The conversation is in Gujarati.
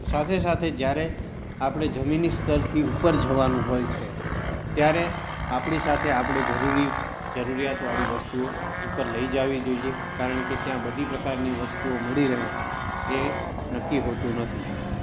સાથે સાથે જયારે આપણે જમીની સ્તરથી ઉપર જવાનું હોય છે ત્યારે આપણી સાથે આપણી જરૂરી જરૂરિયાતવાળી વસ્તુઓ ઉપર લઈ જવી જોઈએ કારણ કે ત્યાં બધી પ્રકારની વસ્તુઓ મળી રહે એ નક્કી હોતું નથી